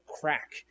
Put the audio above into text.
crack